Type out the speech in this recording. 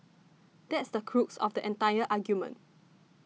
that's the crux of the entire argument